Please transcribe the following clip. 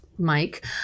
mike